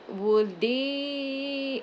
will they